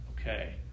okay